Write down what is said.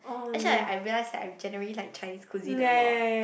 actually like I realise that I generally like Chinese cuisine a lot